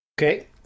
Okay